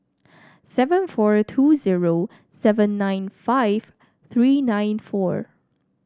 seven four two zero seven nine five three nine four